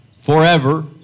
forever